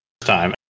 time